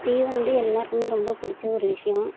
tea வந்து எல்லோருக்குமே ரொம்ப பிடிச்ச ஒரு விஷயம்